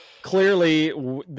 Clearly